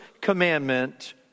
commandment